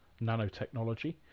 nanotechnology